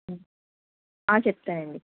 చెప్తానండీ